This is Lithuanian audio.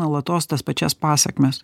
nuolatos tas pačias pasekmes